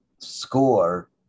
score